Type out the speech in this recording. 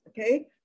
okay